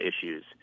issues